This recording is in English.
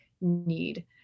need